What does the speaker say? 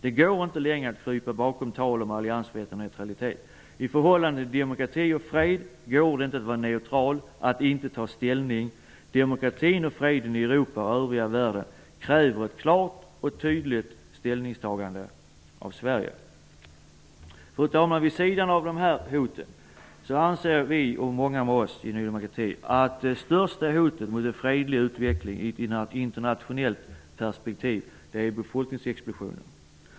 Det går inte längre att krypa bakom tal om alliansfrihet och neutralitet. I förhållande till demokrati och fred går det inte att vara neutral; det går inte att inte ta ställning. Demokratin och freden i Europa och i övriga världen kräver ett klart och tydligt ställningstagande av Sverige. Fru talman! Vid sidan av dessa hot, anser vi i Ny demokrati, och många med oss, att det största hotet mot en fredlig utveckling i ett internationellt perspektiv är befolkningsexplosionen.